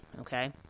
okay